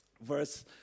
Verse